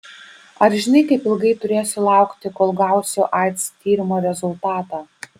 ar žinai kaip ilgai turėsiu laukti kol gausiu aids tyrimo rezultatą